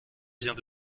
vient